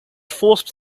forced